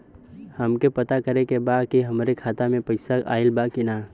हमके पता करे के बा कि हमरे खाता में पैसा ऑइल बा कि ना?